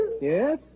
Yes